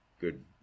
good